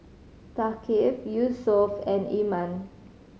Thaqif Yusuf and Iman